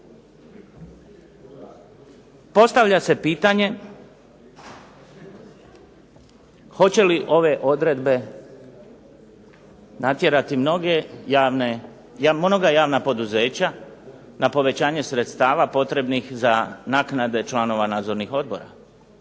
Postavlja se pitanje hoće li ove odredbe natjerati mnoge javne, mnoga javna poduzeća na povećanje sredstava potrebnih za naknade članova nadzornih odbora.